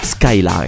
Skyline